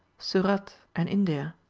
surat, and india,